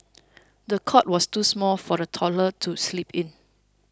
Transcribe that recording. the cot was too small for the toddler to sleep in